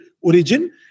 origin